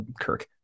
kirk